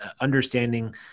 understanding